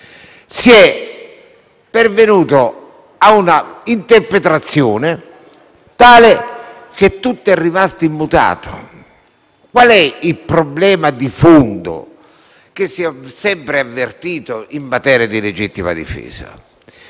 si è pervenuti a un'interpretazione tale che tutto è rimasto immutato. Qual è il problema di fondo che si è sempre avvertito in materia di legittima difesa?